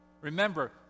Remember